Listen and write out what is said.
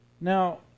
Now